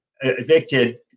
Evicted